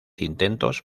intentos